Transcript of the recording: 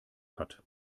hat